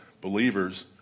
Believers